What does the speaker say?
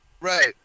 Right